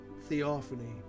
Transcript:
Theophany